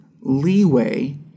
leeway